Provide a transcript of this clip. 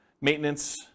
Maintenance